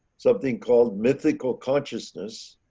something called mythical consciousness,